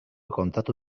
kontatu